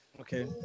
okay